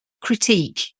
critique